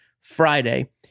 Friday